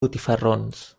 botifarrons